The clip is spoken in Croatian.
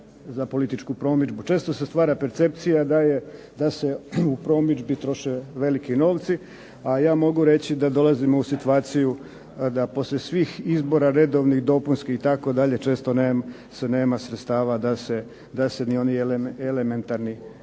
za političku promidžbu. Često se stvara percepcija da je, da se u promidžbi troše veliki novci, a ja mogu reći da dolazimo u situaciju da poslije svih izbora redovnih i dopunskih itd. često se nema sredstava da se ni oni elementarni